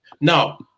Now